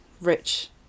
rich